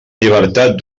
llibertat